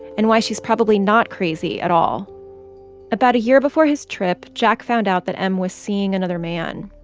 and why she's probably not crazy at all about a year before his trip, jack found out that m was seeing another man.